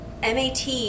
MAT